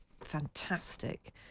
fantastic